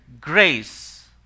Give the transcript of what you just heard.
grace